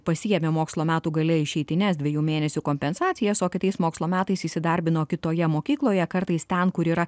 pasiėmę mokslo metų gale išeitines dviejų mėnesių kompensacijas o kitais mokslo metais įsidarbino kitoje mokykloje kartais ten kur yra